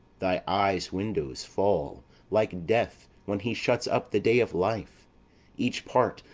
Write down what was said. thy eyes' windows fall like death when he shuts up the day of life each part,